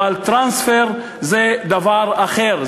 אבל טרנספר זה דבר אחר.